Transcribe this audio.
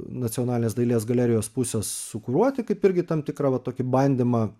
nacionalinės dailės galerijos pusės sukuruoti kaip irgi tam tikra va tokį bandymą